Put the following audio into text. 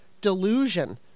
delusion